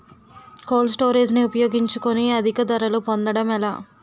Cold storage ని ఉపయోగించుకొని అధిక ధరలు పొందడం ఎలా?